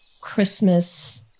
Christmas